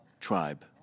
tribe